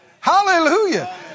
Hallelujah